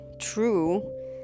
true